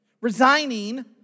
Resigning